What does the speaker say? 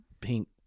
pink